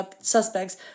suspects